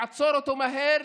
לעצור אותו מהר,